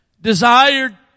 desired